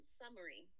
summary